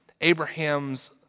Abraham's